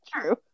True